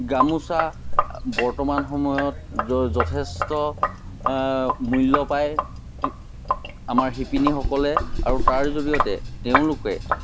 গামোচা বৰ্তমান সময়ত যথেষ্ট মূল্য পায় আমাৰ শিপিনীসকলে আৰু তাৰ জৰিয়তে তেওঁলোকে